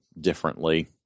differently